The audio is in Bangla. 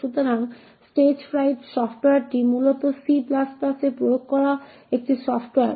সুতরাং স্টেজফ্রাইট সফ্টওয়্যরটি মূলত C এ প্রয়োগ করা একটি সফ্টওয়্যার